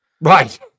Right